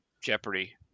Jeopardy